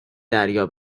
دریا